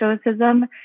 Stoicism